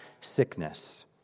sickness